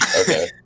Okay